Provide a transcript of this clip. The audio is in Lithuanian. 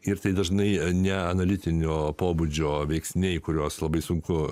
ir tai dažnai ne analitinio pobūdžio veiksniai kuriuos labai sunku